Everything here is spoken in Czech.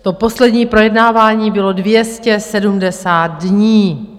To poslední projednávání bylo 270 dní.